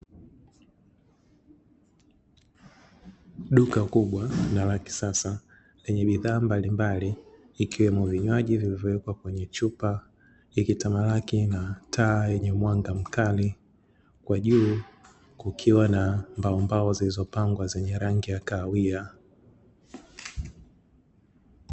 Duka kubwa na la kisasa lenye bidhaa mbalimbali ikiwemo vinywaji vilivyowekwa kwenye chupa, ikitamalaki na taa yenye mwanga mkali kwa juu kukiwa na mbaombao zilizopangwa zenye rangi ya kahawia.